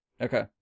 Okay